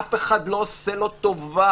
אף אחד לא עושה לו טובה.